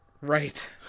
right